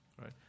right